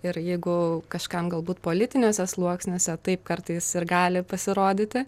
ir jeigu kažkam galbūt politiniuose sluoksniuose taip kartais ir gali pasirodyti